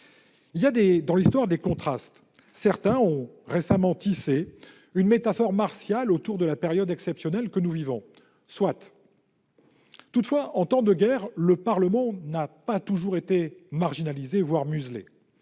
Il y a, dans l'histoire, des contrastes. Certains ont récemment tissé une métaphore martiale autour de la période exceptionnelle que nous vivions. Soit, mais, en temps de guerre, le Parlement n'a pas toujours été marginalisé, voire muselé.